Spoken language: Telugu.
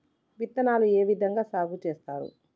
విత్తనాలు ఏ విధంగా సాగు చేస్తారు?